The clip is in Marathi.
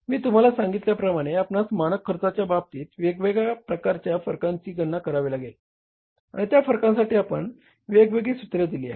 मी तुम्हाला सांगितल्याप्रमाणे आपणास मानक खर्चाच्या बाबतीत वेगवेगळ्या प्रकारांच्या फरकांची गणना करावी लागेल आणि त्या फरकांसाठी आपणास वेगवगेळी सूत्रे दिली आहेत